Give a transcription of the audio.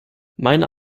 meiner